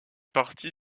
partie